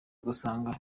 ugasanga